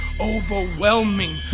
overwhelming